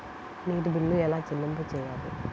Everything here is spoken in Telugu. నీటి బిల్లు ఎలా చెల్లింపు చేయాలి?